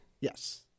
Yes